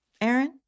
Aaron